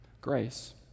Grace